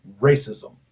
racism